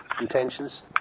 intentions